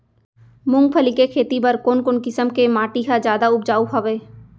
मूंगफली के खेती बर कोन कोन किसम के माटी ह जादा उपजाऊ हवये?